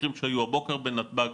מקרים שהיו הבוקר בנתב"ג,